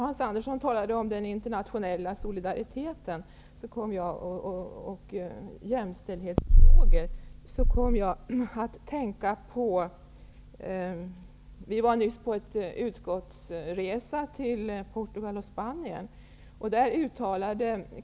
Hans Andersson talade om den internationella solidariteten och jämställdhetsfrågor. Jag kom då att tänka på en nyligen gjord utskottsresa till Portugal och Spanien.